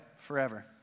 forever